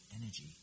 energy